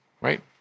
right